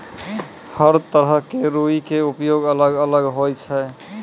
हर तरह के रूई के उपयोग अलग अलग होय छै